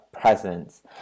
presence